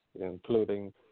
including